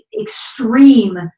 extreme